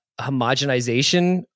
homogenization